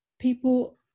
people